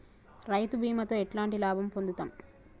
రైతు బీమాతో ఎట్లాంటి లాభం పొందుతం?